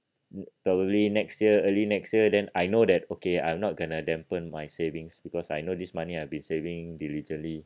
probably next year early next year then I know that okay I'm not going to dampen my savings because I know this money I've been saving diligently